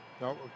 No